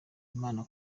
imana